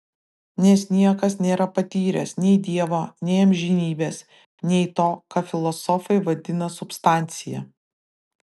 nes niekas nėra patyręs nei dievo nei amžinybės nei to ką filosofai vadina substancija